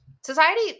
Society